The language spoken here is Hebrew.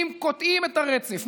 אם קוטעים את הרצף,